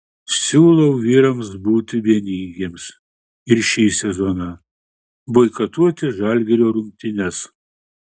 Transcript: siūlau vyrams būti vieningiems ir šį sezoną boikotuoti žalgirio rungtynes